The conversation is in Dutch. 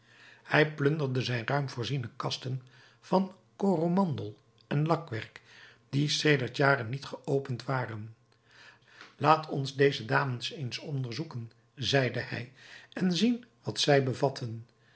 hij plunderde zijn ruim voorziene kasten van coromandel en lakwerk die sedert jaren niet geopend waren laat ons deze dames eens onderzoeken zeide hij en zien wat zij bevatten